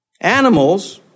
Animals